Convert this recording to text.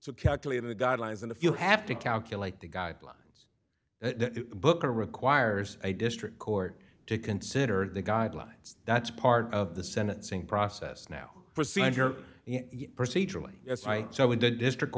to calculate the guidelines and if you have to calculate the guidelines book or requires a district court to consider the guidelines that's part of the sentencing process now procedure procedurally so when the district